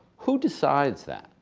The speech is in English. who decides that?